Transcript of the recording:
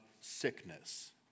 sickness